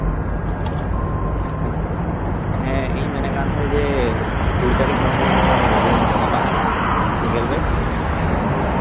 ᱦᱮᱸ ᱤᱧᱤᱧ ᱢᱮᱱᱮᱫᱠᱟᱱ ᱛᱟᱦᱮᱸᱱᱟ ᱡᱮ ᱠᱩᱲᱤ ᱛᱟᱨᱤᱠᱷ ᱢᱚᱫᱽᱫᱷᱮ ᱨᱮ ᱠᱳᱱᱳ ᱨᱩᱢ ᱯᱷᱟᱸᱠᱟ ᱢᱮᱱᱟᱜᱼᱟ ᱥᱤᱝᱜᱮᱞ ᱵᱮᱰ